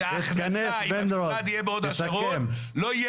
שאם המשרד יהיה בהוד השרון ההכנסה לא תהיה